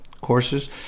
courses